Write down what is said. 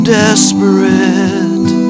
desperate